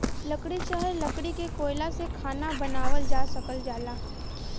लकड़ी चाहे लकड़ी के कोयला से खाना बनावल जा सकल जाला